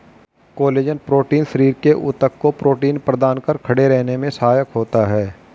collagen protein शरीर के ऊतक को प्रोटीन प्रदान कर खड़े रहने में सहायक होता है